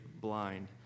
blind